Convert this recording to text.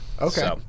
Okay